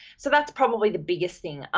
so that's probably the biggest thing.